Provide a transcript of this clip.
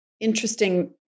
interesting